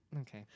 okay